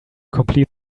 complete